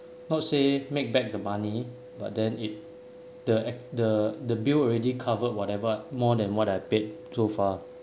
not say make back the money but then it the the the bill already covered whatever more than what I paid so far